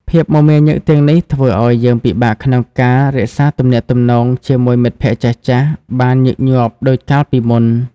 ភាពមមាញឹកទាំងនេះធ្វើឱ្យយើងពិបាកក្នុងការរក្សាទំនាក់ទំនងជាមួយមិត្តភក្តិចាស់ៗបានញឹកញាប់ដូចកាលពីមុន។